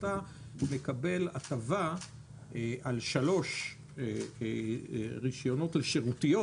על שלושה רישיונות לשירותיות,